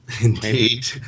Indeed